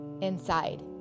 inside